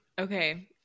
Okay